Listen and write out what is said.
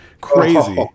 crazy